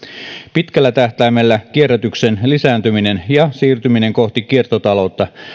pitkällä tähtäimellä kierrätyksen lisääntyminen ja siirtyminen kohti kiertotaloutta